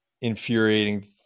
infuriating